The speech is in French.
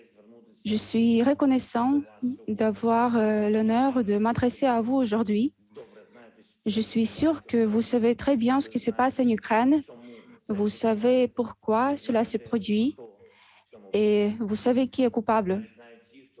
suis reconnaissant d'avoir l'honneur de m'adresser à vous aujourd'hui. Je suis sûr que vous savez très bien ce qui se passe en Ukraine, vous savez pourquoi cela se produit et vous savez qui est coupable,